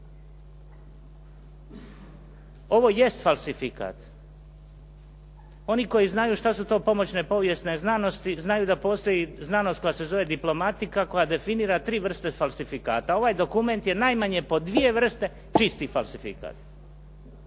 Ovo jest falsifikat. Oni koji znaju što su to pomoćne povijesne znanosti znaju da postoji znanost koja se zove diplomatika koja definira tri vrste falsifikata. Ovaj dokument je najmanje po dvije vrste čisti falsifikat.